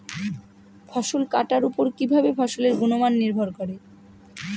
ফসল কাটার উপর কিভাবে ফসলের গুণমান নির্ভর করে?